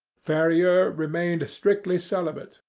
ferrier remained strictly celibate.